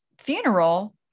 funeral